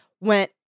went